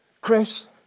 Chris